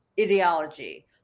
ideology